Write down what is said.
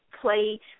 play